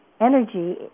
energy